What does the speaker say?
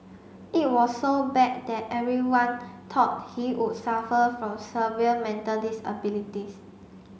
it was so bad that everyone thought he would suffer from severe mental disabilities